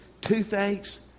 toothaches